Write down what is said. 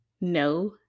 no